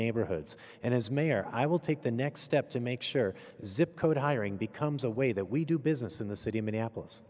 neighborhoods and as mayor i will take the next step to make sure to hiring becomes a way that we do business in the city in minneapolis